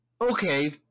okay